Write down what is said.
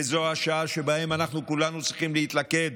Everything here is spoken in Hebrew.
וזו השעה שבה אנחנו כולנו צריכים להתלכד,